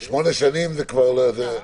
לא.